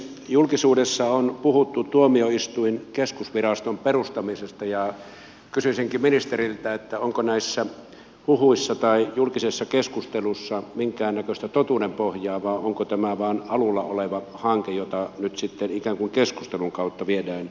julkisuudessa on puhuttu tuomioistuinkeskusviraston perustamisesta ja kysyisinkin ministeriltä onko näissä huhuissa tai julkisessa keskustelussa minkäännäköistä totuuden pohjaa vai onko tämä vain alulla oleva hanke jota nyt sitten ikään kuin keskustelun kautta viedään eteenpäin